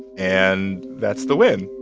and that's the win.